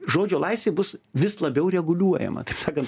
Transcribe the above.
žodžio laisvė bus vis labiau reguliuojama taip sakant